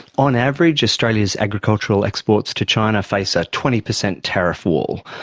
on average australia's agricultural exports to china face a twenty percent tariff wall.